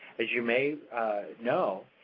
as you may know,